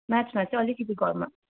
म्याचमा चै अलिकति घरमा